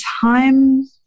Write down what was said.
time